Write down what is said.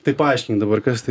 tai paaiškink dabar kas tai